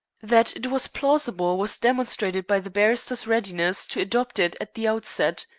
that it was plausible was demonstrated by the barrister's readiness to adopt it at the outset.